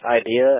idea